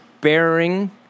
bearing